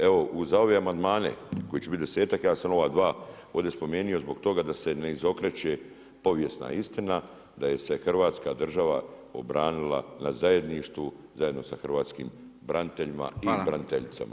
Evo uz ove amandmane kojih će biti desetak ja sam ova dva ovdje spomenuo zbog toga da se ne izokreće povijesna istina, da je se Hrvatska država obranila na zajedništvu zajedno sa hrvatskim braniteljima i braniteljicama.